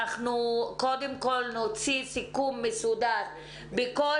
אנחנו קודם כל נוציא סיכום מסודר בכל